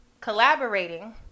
collaborating